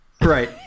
right